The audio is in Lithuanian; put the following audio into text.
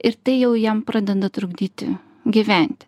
ir tai jau jam pradeda trukdyti gyventi